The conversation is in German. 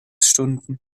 stunden